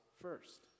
first